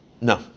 No